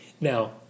Now